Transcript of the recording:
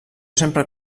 sempre